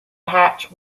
hatch